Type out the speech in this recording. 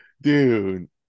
dude